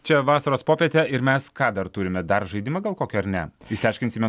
čia vasaros popietę ir mes ką dar turime dar žaidimą gal kokį ar ne išsiaiškinsime